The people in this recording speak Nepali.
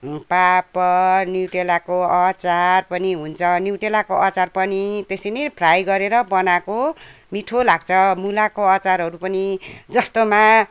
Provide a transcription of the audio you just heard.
पापड न्युट्रेलाको अचार पनि हुन्छ न्युट्रेलाको अचार पनि त्यसरी नै फ्राई गरेर बनाएको मिठो लाग्छ मुलाको अचारहरू पनि जस्तोमा